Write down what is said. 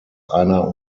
einer